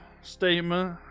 statement